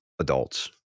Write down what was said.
adults